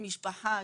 משפחה,